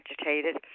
agitated